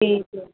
ठीक है